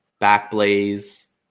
backblaze